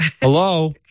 Hello